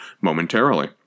momentarily